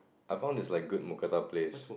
I found this like good Mookata place